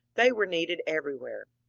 they were needed everywhere.